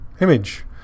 image